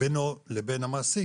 בינו לבין המעסיק.